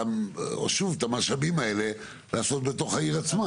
את המשאבים האלה לעשות בתוך העיר עצמה.